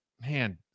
man